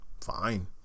fine